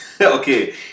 Okay